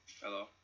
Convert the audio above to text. Hello